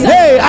Hey